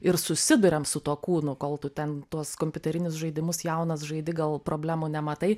ir susiduriam su tuo kūnu kol tu ten tuos kompiuterinius žaidimus jaunas žaidi gal problemų nematai